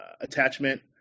attachment